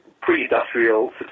pre-industrial